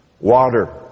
Water